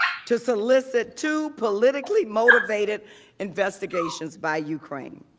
to solicit to politically motivated investigations by ukraine.